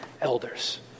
elders